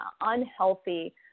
unhealthy